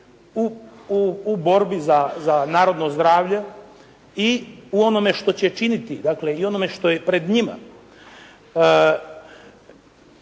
u borbi za narodno zdravlje i u onome što će činiti. Dakle, i onome što je pred njima.